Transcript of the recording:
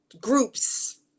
groups